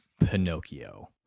Pinocchio